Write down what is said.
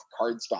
cardstock